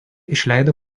išleido